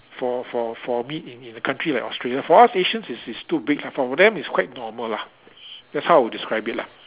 for for for meat in in a country like Australia for us Asians it's it's too big but for them it's quite normal lah that's how I would describe it lah